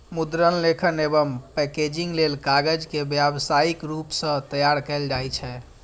मुद्रण, लेखन एवं पैकेजिंग लेल कागज के व्यावसायिक रूप सं तैयार कैल जाइ छै